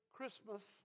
Christmas